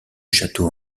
château